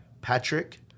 Patrick